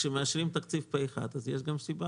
כאשר מאשרים תקציב פה אחד אז יש גם סיבה